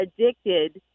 addicted